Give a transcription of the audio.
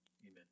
Amen